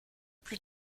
plus